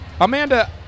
Amanda